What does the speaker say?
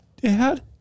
dad